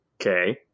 Okay